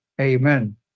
Amen